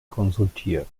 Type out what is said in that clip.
konsultiert